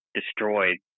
destroyed